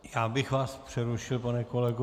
Já bych vás přerušil, pane kolego.